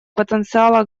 потенциала